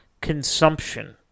consumption